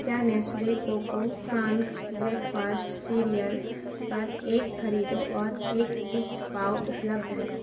क्या Nestle coco crunch breakfast cereal पर एक खरीदो और एक मुफ्त पाओ उपलब्ध है